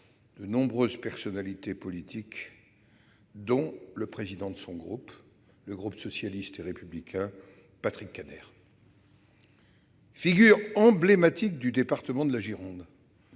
de nombreuses personnalités politiques, dont le président de son groupe, le groupe socialiste et républicain, Patrick Kanner. Figure emblématique du département de la Gironde,